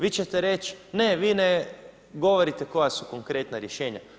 Vi ćete reći, ne vi ne govorite koja su konkretna rješenja.